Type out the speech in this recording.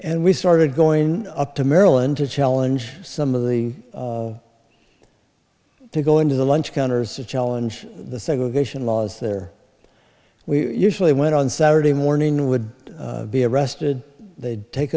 and we started going up to maryland to challenge some of the to go into the lunch counters to challenge the segregation laws there we usually went on saturday morning would be arrested they'd take